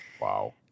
Wow